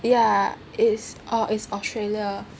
ya is oh is Australia